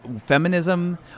feminism